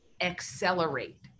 accelerate